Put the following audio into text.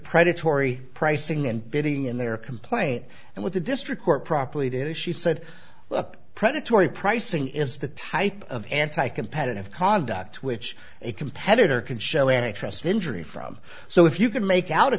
predatory pricing and bidding in their complaint and with the district court properly did it she said look predatory pricing is the type of anti competitive conduct which a competitor can show an interest injury from so if you can make out a